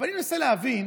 אבל אני מנסה להבין.